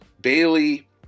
Bailey